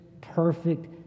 perfect